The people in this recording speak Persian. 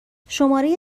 شماره